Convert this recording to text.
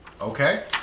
Okay